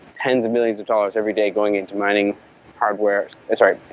tens of millions of dollars every day going into mining hardware i'm sorry,